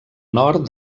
nord